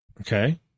Okay